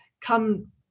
come